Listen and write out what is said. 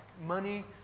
money